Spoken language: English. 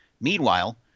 Meanwhile